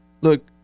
look